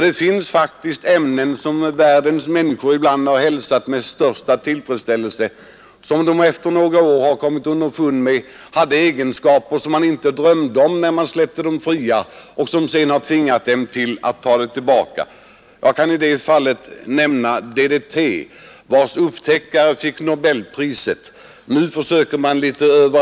Det har faktiskt förekommit att ämnen över hela världen har hälsats med den största tillfredsställelse, men efter några år har man kommit underfund med att dessa ämnen hade egenskaper som man inte kunde drömma om när de frisläpptes och därför har man måst införa förbud mot dem. Jag kan i detta sammanhang nämnda DDT, vars upptäckare fick Nobelpriset för sin upptäckt av detta ämne.